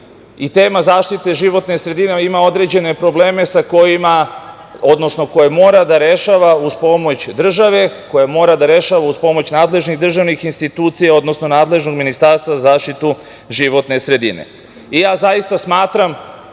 i tema zaštite životne sredine ima određene probleme sa kojima, odnosno koje mora da rešava uz pomoć države, koja mora da rešava uz pomoć nadležnih državnih institucija, odnosno nadležnog Ministarstva za zaštitu životne sredine. Zaista smatram